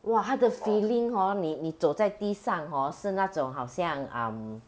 !wah! 他的 feeling hor 你你走在地上 hor 是那种好像 um